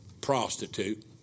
prostitute